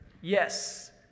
Yes